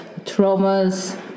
traumas